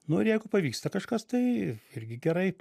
nu ir jeigu pavyksta kažkas tai irgi gerai